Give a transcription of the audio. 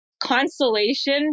consolation